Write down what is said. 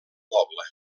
poble